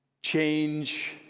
change